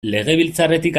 legebiltzarretik